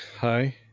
hi